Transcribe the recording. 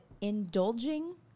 indulging